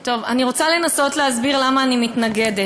טוב, אני רוצה לנסות להסביר למה אני מתנגדת,